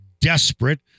desperate